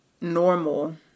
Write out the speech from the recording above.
normal